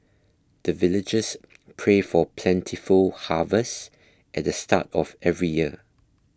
the villagers pray for plentiful harvest at the start of every year